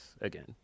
again